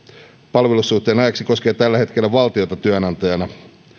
palvelussuhteen ajaksi koskee tällä hetkellä valtiota työnantajana